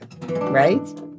right